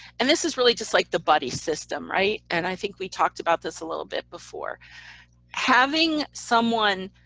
and this is really just like the buddy system, right. and i think we talked about this a little bit before having someone